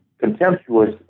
contemptuous